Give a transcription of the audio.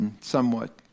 somewhat